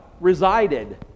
resided